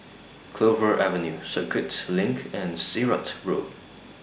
Clover Avenue Circuit LINK and Sirat Road